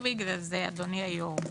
בדיוק בגלל זה, אדוני היו"ר,